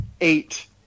Eight